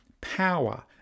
power